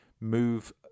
move